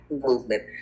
movement